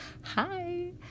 hi